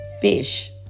fish